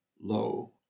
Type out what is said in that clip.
Lo